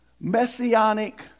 messianic